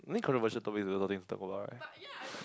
I think controversial topics got a lot of things to talk about right